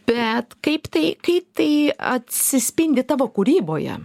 bet kaip tai kaip tai atsispindi tavo kūryboje